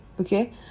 Okay